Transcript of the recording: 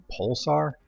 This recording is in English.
Pulsar